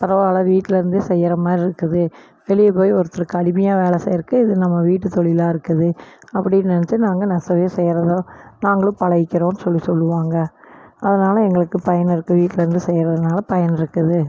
பரவாயில்ல வீட்லிருந்தே செய்கிற மாதிரி இருக்குது வெளியே போய் ஒருத்தருக்கு அடிமையாக வேலை செய்கிறக்கு இது நம்ம வீட்டு தொழிலா இருக்குது அப்படினு நினச்சி நாங்கள் நெசவு செய்கிறோம் நாங்களும் பழகிக்கிறோம்னு சொல்லி சொல்லுவாங்க அதனால் எங்களுக்கு பயன் இருக்குது வீட்லிருந்தே செய்கிறதுனால பயன் இருக்குது